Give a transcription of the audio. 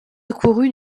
accourut